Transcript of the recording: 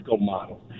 model